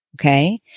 Okay